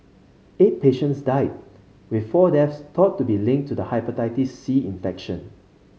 eight patients died with four deaths thought to be linked to the Hepatitis C infection